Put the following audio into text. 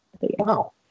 Wow